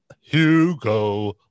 Hugo